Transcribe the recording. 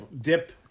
dip